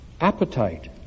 appetite